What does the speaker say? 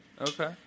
okay